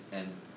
and